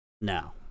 Now